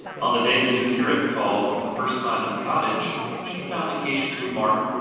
on the day the new curate called for the first time at the cottage, she found occasion to remark,